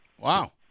Wow